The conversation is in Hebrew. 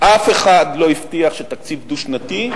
אף אחד לא הבטיח שתקציב דו-שנתי,